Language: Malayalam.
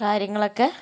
കാര്യങ്ങളൊക്കെ